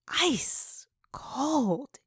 ice-cold